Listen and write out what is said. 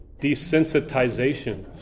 Desensitization